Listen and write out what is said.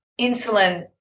insulin